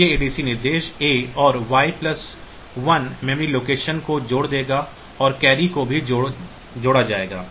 तो यह ADC निर्देश A और Y1 मेमोरी लोकेशन को जोड़ देगा और कैरी को भी जोड़ा जाएगा